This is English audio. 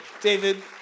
David